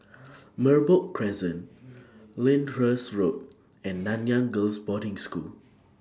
Merbok Crescent Lyndhurst Road and Nanyang Girls' Boarding School